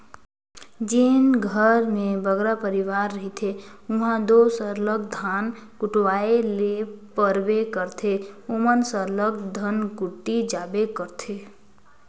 जेन घर में बगरा परिवार रहथें उहां दो सरलग धान कुटवाए ले परबे करथे ओमन सरलग धनकुट्टी जाबे करथे